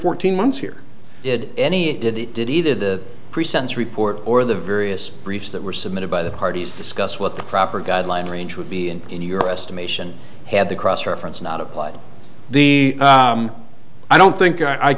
fourteen months here did any did it did either the pre sentence report or the various briefs that were submitted by the parties discuss what the proper guideline range would be and in your estimation had to cross reference not applied the i don't think i